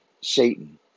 Satan